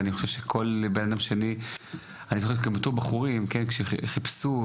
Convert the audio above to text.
גם בתור בחורים צעירים אני זוכר,